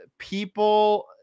people